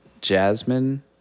Jasmine